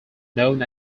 known